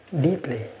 deeply